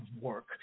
work